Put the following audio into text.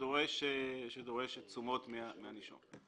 שדורש תשומות מהנישום.